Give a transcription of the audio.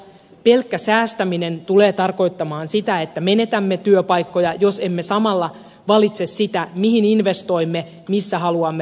pelkkä säästäminen tulee tarkoittamaan sitä että menetämme työpaikkoja jos emme samalla valitse sitä mihin investoimme missä haluamme rakentaa uutta